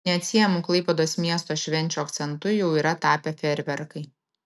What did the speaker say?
neatsiejamu klaipėdos miesto švenčių akcentu jau yra tapę fejerverkai